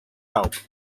help